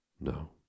No